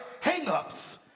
hangups